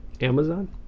Amazon